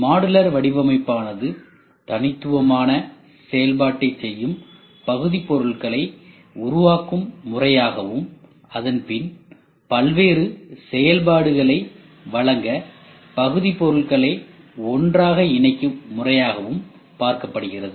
modular வடிவமைப்பானது தனித்துவமான செயல்பாட்டைச் செய்யும் பகுதிப் பொருட்களை உருவாக்கும் முறையாகவும் அதன்பின் பல்வேறு செயல்பாடுகளை வழங்க பகுதிப் பொருட்களை ஒன்றாக இணைக்கும் முறையாகவும் பார்க்கப்படுகிறது